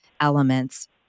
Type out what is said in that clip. elements